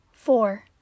Four